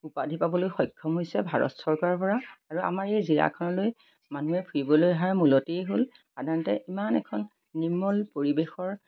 উপাধি পাবলৈ সক্ষম হৈছে ভাৰত চৰকাৰৰ পৰা আৰু আমাৰ এই জিলাখনলৈ মানুহে ফুৰিবলৈ অহাৰ মূলতেই হ'ল সাধাৰণতে ইমান এখন নিৰ্মল পৰিৱেশৰ